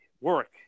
work